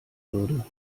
würde